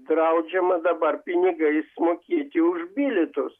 draudžiama dabar pinigais mokėti už bilietus